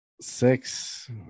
six